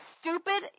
stupid